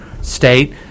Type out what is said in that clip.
state